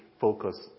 focus